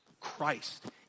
Christ